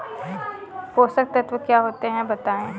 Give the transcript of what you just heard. पोषक तत्व क्या होते हैं बताएँ?